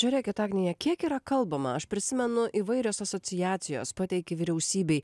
žiūrėkit agnija kiek yra kalbama aš prisimenu įvairios asociacijos pateikė vyriausybei